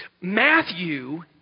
Matthew